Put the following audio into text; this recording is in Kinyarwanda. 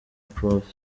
prof